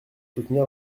soutenir